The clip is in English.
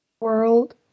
world